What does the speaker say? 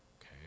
okay